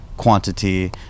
quantity